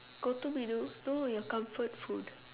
go to menu no your comfort food